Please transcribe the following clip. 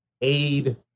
aid